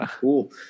cool